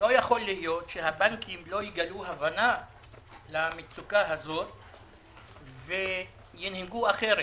לא יכול להיות שהבנקים לא יגלו הבנה למצוקה הזאת וינהגו אחרת.